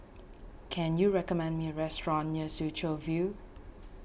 can you recommend me a restaurant near Soo Chow View